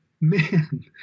man